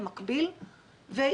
שגם ככה גבו ממנו.